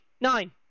nine